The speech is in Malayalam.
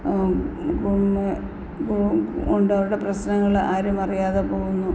ഉ ഉണ്ട് അവരുടെ പ്രശ്നങ്ങള് ആരുമറിയാതെ പോവുന്നു